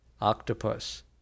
octopus